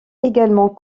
également